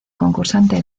concursante